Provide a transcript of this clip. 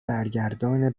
برگردان